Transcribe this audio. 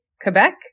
quebec